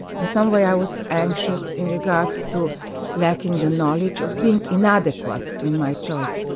in some way i was anxious in regard to lacking the knowledge, of being inadequate in my choice.